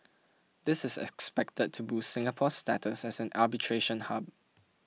this is expected to boost Singapore's status as an arbitration hub